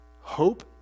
Hope